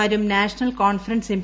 മാരും national conference M